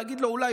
להגיד לו: אולי,